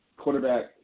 quarterback